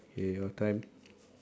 K your time